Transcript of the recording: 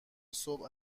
صبح